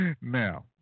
now